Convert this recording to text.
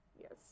Yes